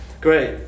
great